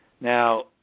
Now